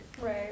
Right